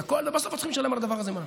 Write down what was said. הכול ובסוף עוד צריכים לשלם על הדבר הזה מע"מ.